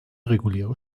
reguläre